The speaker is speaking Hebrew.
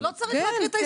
להקריא?